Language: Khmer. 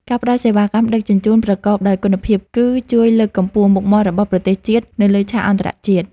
ការផ្ដល់សេវាកម្មដឹកជញ្ជូនប្រកបដោយគុណភាព គឺជួយលើកកម្ពស់មុខមាត់របស់ប្រទេសជាតិនៅលើឆាកអន្តរជាតិ។